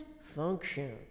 function